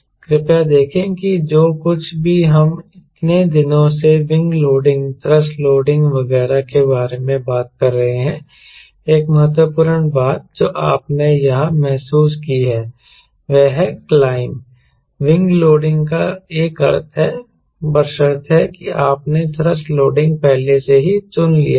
कृपया देखें कि जो कुछ भी हम इतने दिनों से विंग लोडिंग थ्रस्ट लोडिंग वगैरह के बारे में बात कर रहे हैं एक महत्वपूर्ण बात जो आपने यहां महसूस की है वह है क्लाइंब विंग लोडिंग का एक अर्थ है बशर्ते कि आपने थ्रस्ट लोडिंग पहले से ही चुन लिया हो